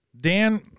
Dan